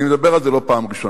אני מדבר על זה לא בפעם הראשונה.